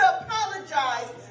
apologize